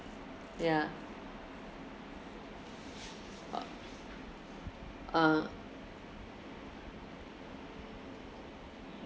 yeah ah